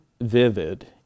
vivid